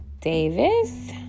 Davis